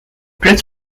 dressed